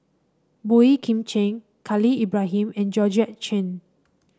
Boey Kim Cheng Khalil Ibrahim and Georgette Chen